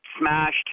smashed